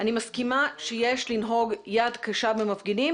אני מסכימה שיש לנהוג יד קשה במפגינים,